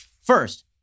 First